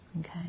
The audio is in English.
Okay